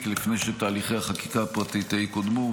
לפני שתהליכי החקיקה הפרטית יקודמו.